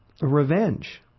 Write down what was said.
revenge